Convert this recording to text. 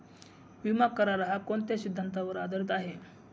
विमा करार, हा कोणत्या सिद्धांतावर आधारीत आहे?